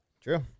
True